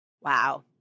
Wow